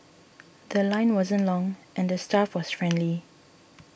The Line wasn't long and the staff was friendly